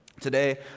Today